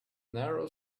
narrow